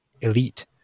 elite